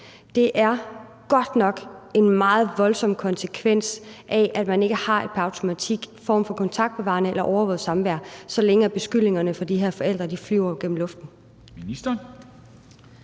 Det er godt nok en meget voldsom konsekvens af, at man ikke pr. automatik har en form for kontaktbevarende eller overvåget samvær, så længe beskyldningerne fra de her forældre flyver gennem luften.